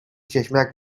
چشمک